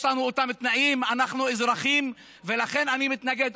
יש לנו אותם תנאים, אנחנו אזרחים, ולכן אני מתנגד.